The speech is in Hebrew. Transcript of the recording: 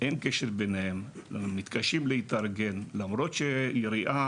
אין קשר ביניהם והם מתקשים להתארגן למרות שהעירייה